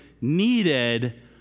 needed